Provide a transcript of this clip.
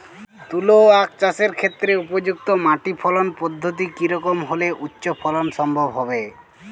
তুলো আঁখ চাষের ক্ষেত্রে উপযুক্ত মাটি ফলন পদ্ধতি কী রকম হলে উচ্চ ফলন সম্ভব হবে?